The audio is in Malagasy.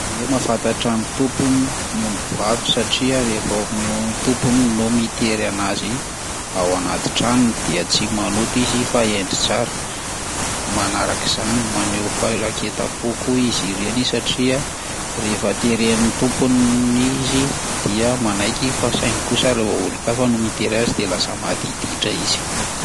Ie, mahafantatra ny tompony ny ombivavy satria rehefa ao amin'- tompony no mitery anazy ao anaty tranony dia tsy manoto izy fa hendry tsara, marak'izany maneho faraiketam-po koa izy ireny satria rehefa teren'ny tompony izy dia manaiky fa saingy kosa raha vao olon-kafa no mitery azy de lasa madiditra izy.